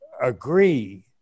agree